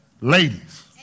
Ladies